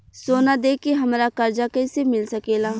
सोना दे के हमरा कर्जा कईसे मिल सकेला?